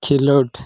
ᱠᱷᱮᱞᱳᱰ